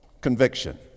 conviction